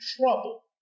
trouble